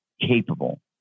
capable